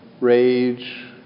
rage